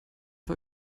war